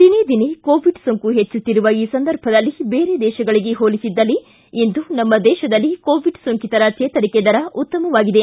ದಿನೇ ದಿನೇ ಕೋವಿಡ್ ಸೋಂಕು ಹೆಚ್ಚುತ್ತಿರುವ ಈ ಸಂದರ್ಭದಲ್ಲಿ ದೇರೆ ದೇಶಗಳಗೆ ಹೋಲಿಸಿದಲ್ಲಿ ಇಂದು ನಮ್ಮ ದೇಶದಲ್ಲಿ ಕೋವಿಡ್ ಸೋಂಕಿತರ ಚೇತರಿಕೆ ದರ ಉತ್ತಮವಾಗಿದೆ